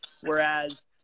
whereas –